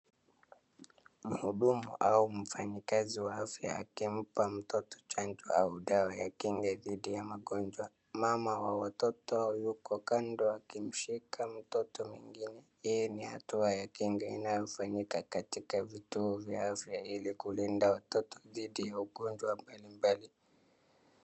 Mhudumu au mfanyakazi wa house akimpa mtoto chanjo au dawa ya kinga dhidi ya magonjwa. Mama wa watoto yuko kando akimshika mtoto mwingine, hii ni hatua ya kinga inayofanyika katika vituo vya afya ili kulinda mtoto dhidi ya ugonjwa mbalimbali.